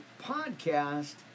podcast